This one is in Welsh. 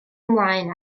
ymlaen